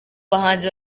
bahanzi